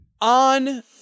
On